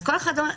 אז כל אחד אמר,